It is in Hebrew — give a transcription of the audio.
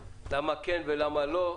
למה כן ולמה לא.